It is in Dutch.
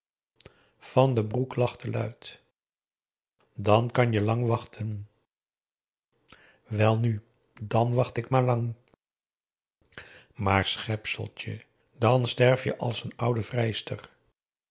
van den broek lachte luid dan kan je lang wachten welnu dan wacht ik maar lang maar schepseltje dan sterf je als oude vrijster